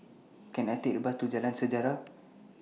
Can I Take A Bus to Jalan Sejarah